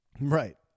Right